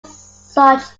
such